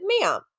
ma'am